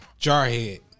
Jarhead